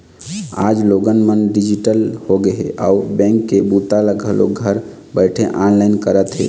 आज लोगन मन डिजिटल होगे हे अउ बेंक के बूता ल घलोक घर बइठे ऑनलाईन करत हे